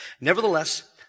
Nevertheless